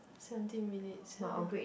seventeen minutes ya